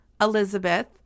Elizabeth